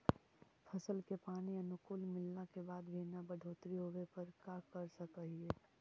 फसल के पानी अनुकुल मिलला के बाद भी न बढ़ोतरी होवे पर का कर सक हिय?